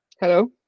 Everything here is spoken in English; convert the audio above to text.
hello